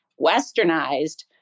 Westernized